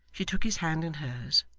she took his hand in hers,